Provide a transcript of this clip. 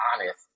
honest